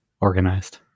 organized